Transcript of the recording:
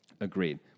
Agreed